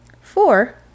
four